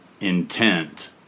intent